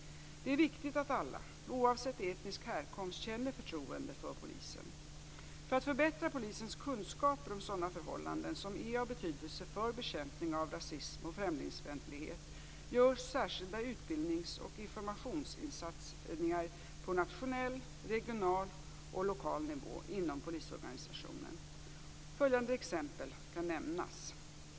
Det är viktigt att alla, oavsett etnisk härkomst, känner förtroende för polisen. För att förbättra polisens kunskaper om sådana förhållanden som är av betydelse för bekämpning av rasism och främlingsfientlighet görs särskilda utbildnings och informationssatsningar på nationell, regional och lokal nivå inom polisorganisationen. Följande exempel kan nämnas.